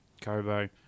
Kobo